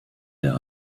der